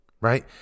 right